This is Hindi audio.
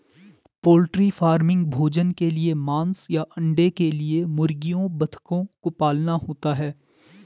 पोल्ट्री फार्मिंग भोजन के लिए मांस या अंडे के लिए मुर्गियों बतखों को पालना होता है